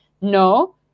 no